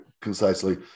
concisely